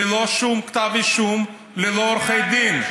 ללא שום כתב אישום, ללא עורכי דין.